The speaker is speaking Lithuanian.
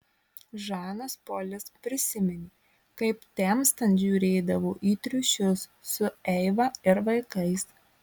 žanas polis prisiminė kaip temstant žiūrėdavo į triušius su eiva ir vaikais